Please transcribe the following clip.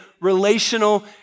relational